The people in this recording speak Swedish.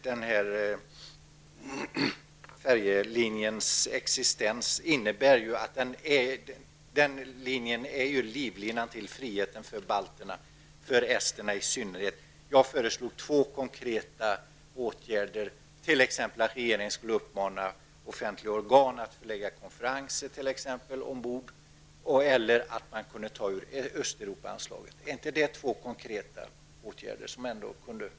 Denna färjelinje är ju livlinan till friheten för balterna i allmänhet och för esterna i synnerhet. Jag har föreslagit två konkreta åtgärder, nämligen att regeringen skall uppmana offentliga organ att förlägga konferenser ombord på färjan och att ge rederiet bidrag ur Östeuropaanslaget. Är inte det två konkreta åtgärder som regeringen kan fundera på?